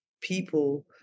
people